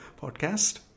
podcast